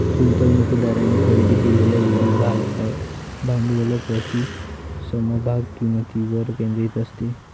गुंतवणूकदारांनी खरेदी केलेल्या वेळी भाग भांडवल प्रति समभाग किंमतीवर केंद्रित असते